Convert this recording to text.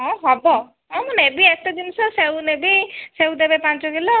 ହଁ ହବ ମୁଁ ଏ ନେବି ଏତେ ଜିନିଷ ସେଉ ନେବି ସେଉ ଦେବେ ପାଞ୍ଚ କିଲୋ